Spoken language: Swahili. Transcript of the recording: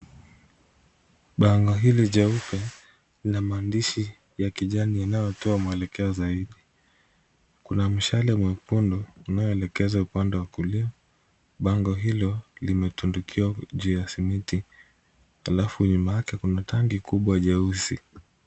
Lango hili jeupe lina maandishi ya kijani yanayotoa mwelekeo zaidi, kuna mshale mwekundu unaoelekeza upande wa kulia, bango hilo limetundikwa juu ya simiti, alafu nyuma yake kuna tanki kubwa jeusi.